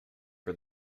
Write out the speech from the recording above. for